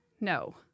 no